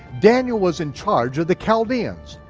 daniel was in charge of the chaldeans,